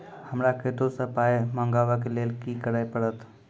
हमरा कतौ सअ पाय मंगावै कऽ लेल की करे पड़त?